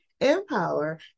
empower